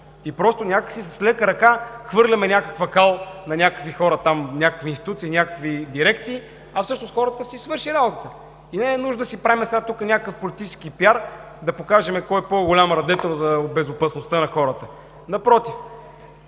работата! С лека ръка хвърляме някаква кал на някакви хора, на някакви институции, на някакви дирекции, а всъщност хората са си свършили работата. Не е нужно да си правим политически PR, за да покажем кой е по-голям радетел за безопасността на хората. Напротив,